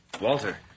Walter